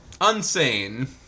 Unsane